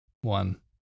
one